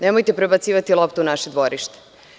Nemojte prebacivati loptu u naše dvorište.